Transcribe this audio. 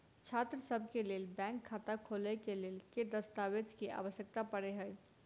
छात्रसभ केँ लेल बैंक खाता खोले केँ लेल केँ दस्तावेज केँ आवश्यकता पड़े हय?